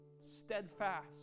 steadfast